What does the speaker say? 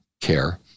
care